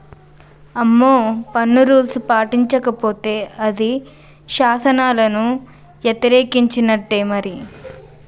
అమ్మో పన్ను రూల్స్ పాటించకపోతే అది శాసనాలను యతిరేకించినట్టే మరి